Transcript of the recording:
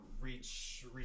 reach